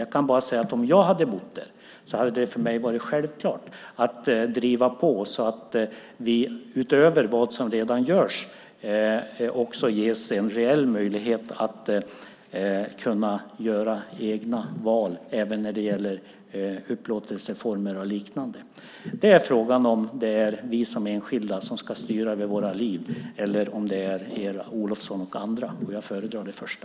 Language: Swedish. Jag kan bara säga att om jag hade bott där hade det för mig varit självklart att driva på så att vi utöver vad som redan görs också skulle ges en reell möjlighet att göra egna val även när det gäller upplåtelseformer och liknande. Det gäller frågan om det är vi som enskilda som ska styra över våra liv, eller om det är Eva Olofsson och andra. Jag föredrar det första.